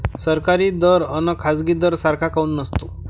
सरकारी दर अन खाजगी दर सारखा काऊन नसतो?